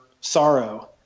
sorrow